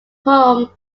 home